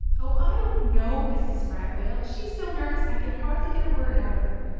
oh, i don't know, mrs. spragg wailed. she's so nervous i can hardly get a word out of her.